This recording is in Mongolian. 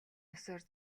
ёсоор